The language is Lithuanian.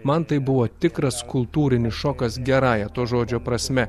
man tai buvo tikras kultūrinis šokas gerąja to žodžio prasme